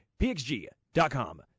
pxg.com